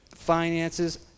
finances